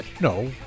No